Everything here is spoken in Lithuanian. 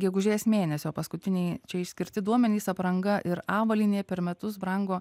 gegužės mėnesio paskutiniai čia išskirti duomenys apranga ir avalynė per metus brango